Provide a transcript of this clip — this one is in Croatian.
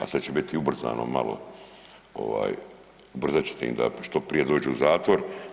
A sad će biti ubrzano malo, ubrzat ćete im da što prije dođu u zatvor.